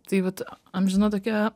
tai vat amžina tokia